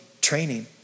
training